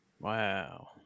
Wow